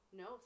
no